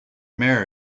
mayor